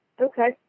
Okay